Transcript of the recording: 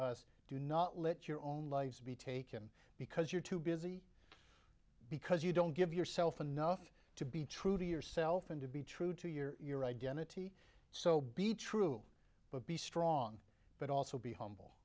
us do not let your own lives be taken because you're too busy because you don't give yourself enough to be true to yourself and to be true to your your identity so be true but be strong but also be humble